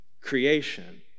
creation